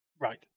right